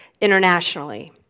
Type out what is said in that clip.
internationally